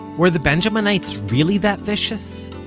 were the benjaminites really that vicious?